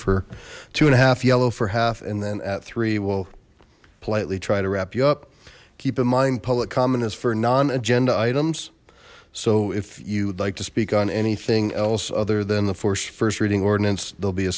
for two and a half yellow for half and then at three will politely try to wrap you up keep in mind public comment is for non agenda items so if you would like to speak on anything else other than the force first reading ordinance there'll be a